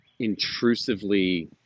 intrusively